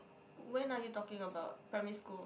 when are you talking about primary school